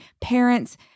parents